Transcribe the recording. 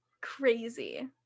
Crazy